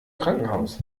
krankenhaus